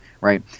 right